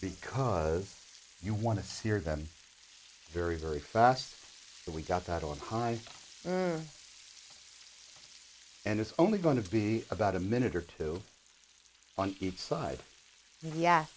because you want to steer them very very fast but we got that on high and it's only going to be about a minute or two on each side